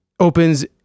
opens